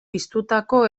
piztutako